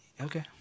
Okay